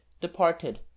departed